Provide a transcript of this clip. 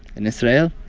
in israel.